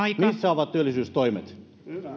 missä ovat työllisyystoimet